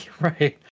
Right